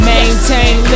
Maintain